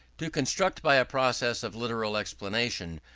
to construct by a process of literal explanation,